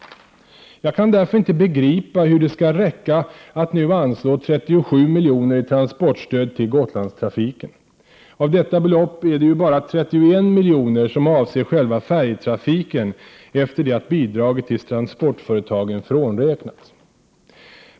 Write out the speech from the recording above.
Jag kan därför inte begripa hur det skall räcka att nu anslå 37 miljoner i transportstöd till Gotlandstrafiken. Av detta belopp är det ju bara 31 miljoner som avser själva färjetrafiken efter det att bidraget till transportföretagen frånräknats.